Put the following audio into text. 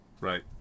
right